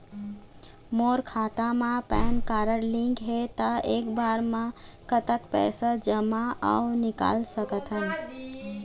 मोर खाता मा PAN card link हे ता एक बार मा कतक पैसा जमा अऊ निकाल सकथन?